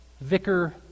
Vicar